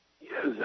Yes